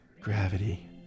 Gravity